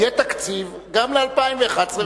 יהיה תקציב גם ל-2011 וגם,